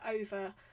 over